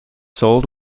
sold